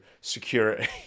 security